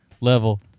level